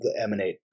emanate